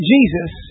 Jesus